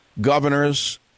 governors